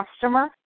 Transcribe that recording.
customer